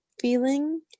feeling